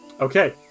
Okay